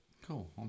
cool